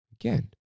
again